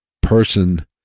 person